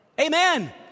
Amen